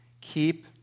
Keep